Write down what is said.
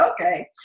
okay